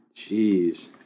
Jeez